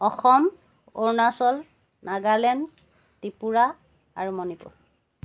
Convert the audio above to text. অসম অৰুণাচল নাগালেণ্ড ত্ৰিপুৰা আৰু মণিপুৰ